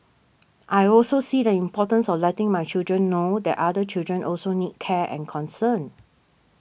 I also see the importance of letting my children know that other children also need care and concern